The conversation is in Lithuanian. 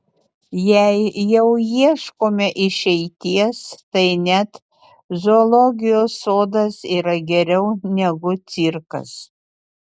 jei jau ieškome išeities tai net zoologijos sodas yra geriau negu cirkas